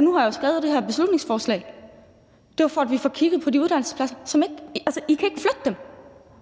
Nu har jeg jo skrevet det her beslutningsforslag. Det er jo, for at vi får kigget på de her uddannelsespladser. Altså, I kan ikke flytte dem.